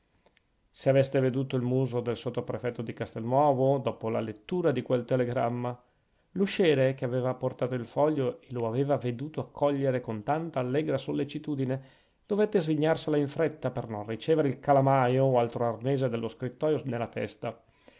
se aveste veduto il muso del sottoprefetto di castelnuovo dopo la lettura di quel telegramma l'usciere che aveva portato il foglio e lo aveva veduto accogliere con tanto allegra sollecitudine dovette svignarsela in fretta per non ricevere il calamaio od altro arnese dello scrittoio nella testa